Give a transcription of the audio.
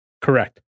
Correct